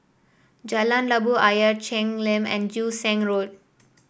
Jalan Labu Ayer Cheng Lim and Joo Seng Road